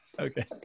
Okay